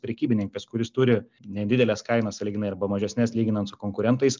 prekybininkas kuris turi nedideles kainas sąlyginai arba mažesnes lyginant su konkurentais